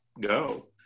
go